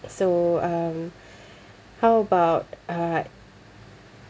so um how about uh